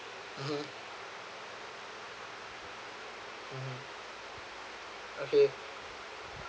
mmhmm mmhmm okay